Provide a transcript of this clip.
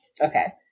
Okay